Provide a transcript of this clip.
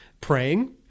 praying